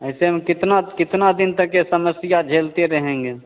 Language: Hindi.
ऐसे हम कितना कितने दिन तक यह समस्या झेलते रहेंगे